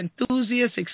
enthusiasts